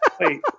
wait